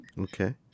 Okay